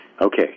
Okay